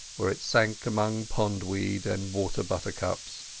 where it sank among pond-weed and water-buttercups.